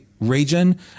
region